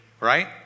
right